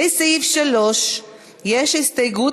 לסעיף 3 יש הסתייגות,